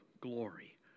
glory